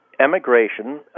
emigration